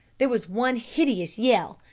there was one hideous yell,